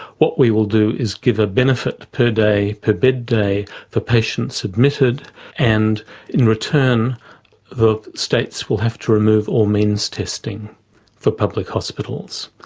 what we will do is give a benefit per day, per bed day, for patients admitted and in return the states will have to remove all means testing for public hospitals.